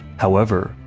however,